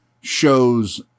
shows